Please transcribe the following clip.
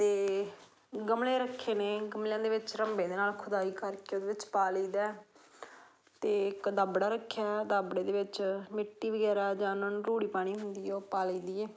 ਅਤੇ ਗਮਲੇ ਰੱਖੇ ਨੇ ਗਮਲਿਆਂ ਦੇ ਵਿੱਚ ਰੰਬੇ ਦੇ ਨਾਲ ਖੁਦਾਈ ਕਰਕੇ ਉਹਦੇ ਵਿੱਚ ਪਾ ਲਈਦਾ ਅਤੇ ਇੱਕ ਦਾਬੜਾ ਰੱਖਿਆ ਦਾਬੜੇ ਦੇ ਵਿੱਚ ਮਿੱਟੀ ਵਗੈਰਾ ਜਾਂ ਉਹਨਾਂ ਨੂੰ ਰੂੜੀ ਪਾਣੀ ਹੁੰਦੀ ਆ ਉਹ ਪਾ ਲਈ ਦੀ ਏ